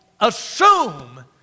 assume